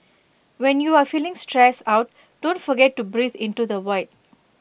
when you are feeling stressed out don't forget to breathe into the void